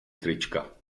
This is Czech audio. trička